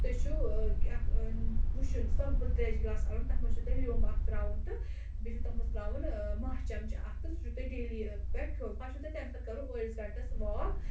تُہۍ چھُ کیٛاہ وُشُن سۄکھبول ترٛیشہِ گِلاسہٕ اَنُن تَتھ منٛز چھُ تۄہہِ لیٚمب اکھ ترٛاوُن تہٕ بیٚیہِ چھُو تَتھ منٛز ترٛاوُن مانٛچھ چمچہٕ اکھ تہٕ سُہ چھُو تۄہہِ ڈیلی پیٚٹھ کھیٚون پَتہٕ چھُو تۄہہِ تَمہِ پَتہٕ کرُن أڈِس گَنٹَس واک